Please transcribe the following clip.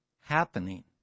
happening